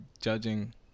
judging